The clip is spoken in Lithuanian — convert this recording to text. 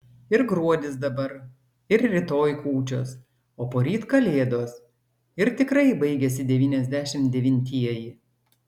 ir gruodis dabar ir rytoj kūčios o poryt kalėdos ir tikrai baigiasi devyniasdešimt devintieji